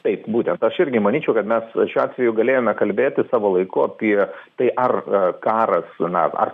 taip būtent aš irgi manyčiau kad mes šiuo atveju galėjome kalbėti savo laiku apie tai ar karas na ar